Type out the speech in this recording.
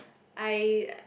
I